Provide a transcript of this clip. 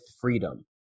freedom